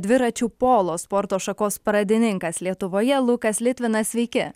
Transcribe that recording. dviračių polo sporto šakos pradininkas lietuvoje lukas litvinas sveiki